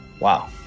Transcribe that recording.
Wow